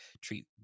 treat